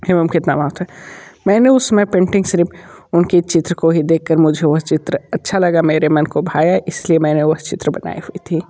क्यों कितना महत्व मैंने उस समय पेंटिंग सिर्फ़ उनकी चित्र को ही देखकर मुझे वो चित्र अच्छा लगा मेरे मन को भाया इसलिए मैंने वह चित्र बनाई हुई थी